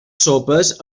sopes